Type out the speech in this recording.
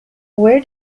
where